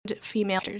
female